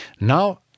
now